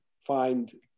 find